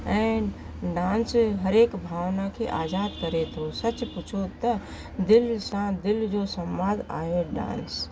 ऐं डांस हर एक भावना खे आज़ादु करे थो सचु पुछो त दिलि सां दिलि जो संवाद आयो डांस